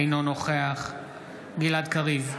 אינו נוכח גלעד קריב,